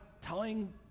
telling